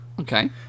okay